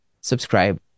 subscribe